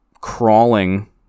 crawling